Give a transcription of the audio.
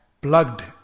plugged